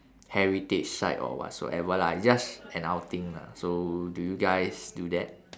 heritage site or whatsoever lah just an outing lah so do you guys do that